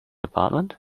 apartment